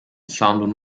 sound